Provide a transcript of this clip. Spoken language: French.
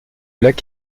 lac